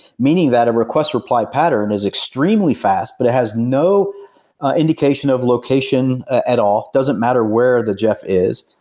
meaning that a request reply pattern is extremely fast, but it has no indication of location at all doesn't matter where the jeff is.